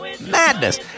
Madness